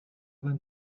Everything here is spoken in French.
vingt